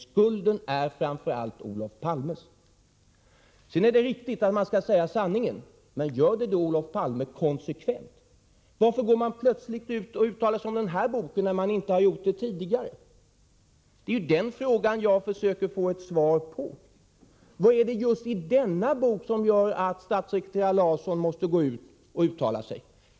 Skulden är framför allt Olof Palmes. Sedan är det riktigt att man skall säga sanningen — men gör det då konsekvent, Olof Palme! Varför uttalar man sig plötsligt om den här boken, när man inte har gjort så tidigare? Det är den frågan jag försöker få ett svar på. Vad är det i just denna bok som gör att statssekreterare Larsson måste gå ut och uttala sig?